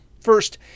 First